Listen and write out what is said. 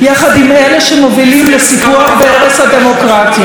יחד עם אלה שמובילים לסיפוח והרס הדמוקרטיה.